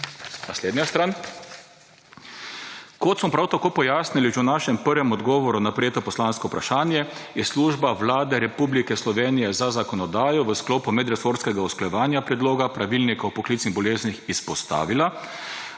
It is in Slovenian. Naslednja stran: »Kot smo prav tako pojasnili že v našem prvem odgovoru na prejeto poslansko vprašanje, je Služba Vlade Republike Slovenije za zakonodajo v sklopu medresorskega usklajevanja predloga pravilnika o poklicnih boleznih izpostavila,